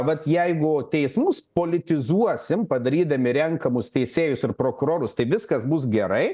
vat jeigu teismus politizuosim padarydami renkamus teisėjus ir prokurorus tai viskas bus gerai